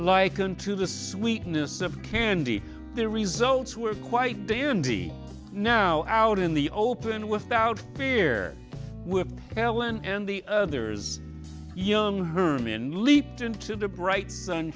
like unto the sweetness of candy their results were quite dandy now out in the open without fear with ellen and the others young herman leaped into the bright sun